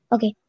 Okay